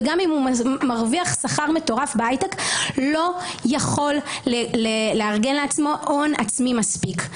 גם אם הוא מרוויח שכר מטורף בהייטק לא יכול לארגן לעצמו הון עצמי מספיק.